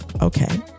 Okay